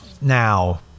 Now